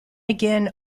again